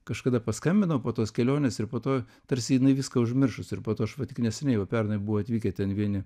kažkada paskambinau po tos kelionės ir po to tarsi jinai viską užmiršus ir po to aš va tik neseniai va pernai buvo atvykę ten vieni